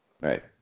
Right